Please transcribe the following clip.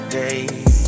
days